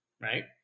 Right